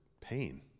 pain